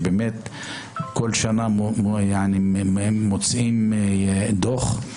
בכל שנה הם מוציאים דוח.